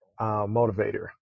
motivator